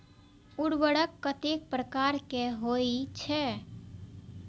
उर्वरक कतेक प्रकार के होई छै?